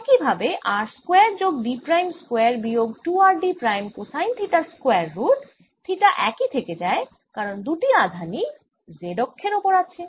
একই ভাবে r square যোগ d প্রাইম স্কয়ার বিয়োগ 2 r d প্রাইম কোসাইন থিটার স্কয়ার রুট থিতা একই থেকে যায় কারণ দুটি আধানই z অক্ষের ওপর আছে